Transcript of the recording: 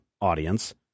audience